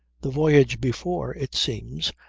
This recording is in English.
the voyage before, it seems,